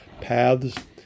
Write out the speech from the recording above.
paths